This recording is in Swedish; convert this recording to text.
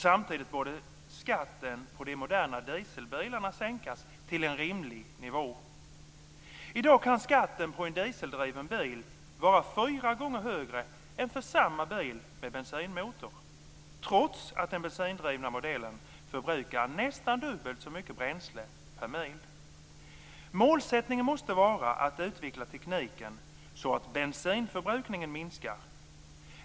Samtidigt borde skatten på de moderna dieselbilarna sänkas till en rimlig nivå. I dag kan skatten på en dieseldriven bil vara fyra gånger högre än för samma bil med bensinmotor, trots att den bensindrivna modellen förbrukar nästan dubbelt så mycket bränsle per mil. Målsättningen måste vara att utveckla tekniken så att bensinförbrukningen minskar.